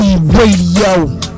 Radio